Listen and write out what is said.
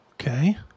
Okay